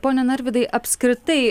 pone narvydai apskritai